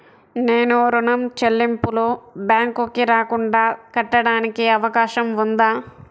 నేను ఋణం చెల్లింపులు బ్యాంకుకి రాకుండా కట్టడానికి అవకాశం ఉందా?